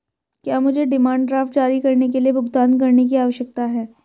क्या मुझे demand draft जारी करने के लिए भुगतान करने की आवश्यकता है?